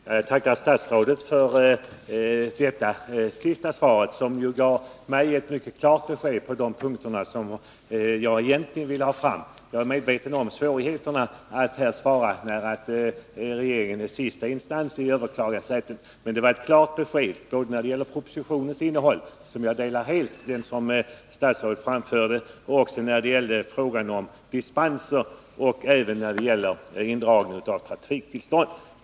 Fru talman! Jag tackar statsrådet för detta sista svar, som gav mig mycket klart besked på de punkter som jag ville uppmärksamma. Jag är medveten om statsrådets svårigheter att lämna besked, med tanke på att regeringen är sista instans i överklagningsärenden, men det var ändå ett klart besked som lämnades. Jag delar helt den uppfattning som statsrådet framförde både när det gällde dispenser och när det gällde indragning av trafiktillstånd.